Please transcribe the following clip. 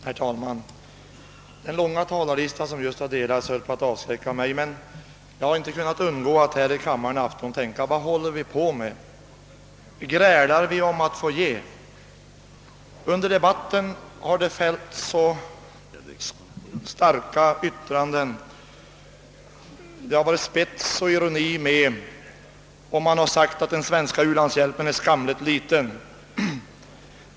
Herr talman! Den långa talarlista som just utdelats höll på att avskräcka mig, men jag har inte kunnat undgå att tänka här i kammaren i kväll: Vad håller vi på med? Grälar vi om att få ge? Under debatten har fällts starka yttranden, spets och ironi har varit med i bilden och man har sagt att den svenska u-landshjälpen är skamligt liten.